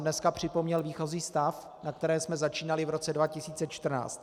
Dneska jsem připomněl výchozí stav, na kterém jsme začínali v roce 2014.